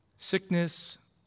Sickness